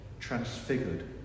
transfigured